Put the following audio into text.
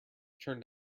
turned